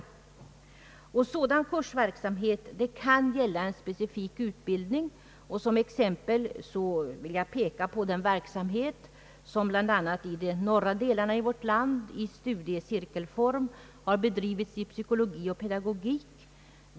Sådan kursverksamhet kan gälla en specifik utbildning. Som exempel vill jag peka på den verksamhet som bl.a. i de norra delarna av vårt land bedrivits i studiecirkelform i psykologi och pedagogik.